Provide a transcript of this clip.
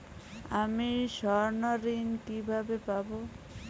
আমি স্বর্ণঋণ কিভাবে পাবো?